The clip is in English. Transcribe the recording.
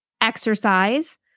exercise